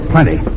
Plenty